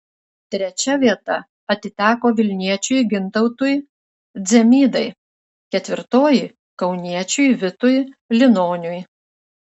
trečia vieta atiteko vilniečiui gintautui dzemydai ketvirtoji kauniečiui vitui linoniui